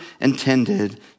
intended